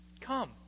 Come